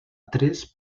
tres